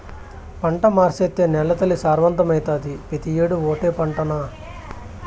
పంట మార్సేత్తే నేలతల్లి సారవంతమైతాది, పెతీ ఏడూ ఓటే పంటనా